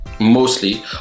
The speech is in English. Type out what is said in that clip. Mostly